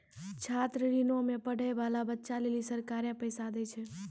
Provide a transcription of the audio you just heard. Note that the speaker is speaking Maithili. छात्र ऋणो मे पढ़ै बाला बच्चा लेली सरकारें पैसा दै छै